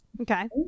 Okay